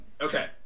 Okay